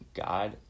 God